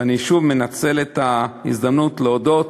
ואני שוב מנצל את ההזדמנות להודות,